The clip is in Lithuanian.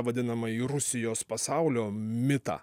vadinamąjį rusijos pasaulio mitą